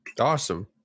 Awesome